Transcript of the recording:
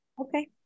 Okay